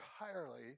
entirely